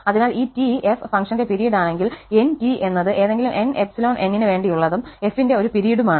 അതിനാൽ ഈ T f ഫംഗ്ഷന്റെ പിരീഡ് ആണെങ്കിൽ nT എന്നത് ഏതെങ്കിലും n ∈ N ന് വേണ്ടിയുള്ളതും f ന്റെ ഒരു പിരീഡുമാണ്